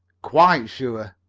quite sure.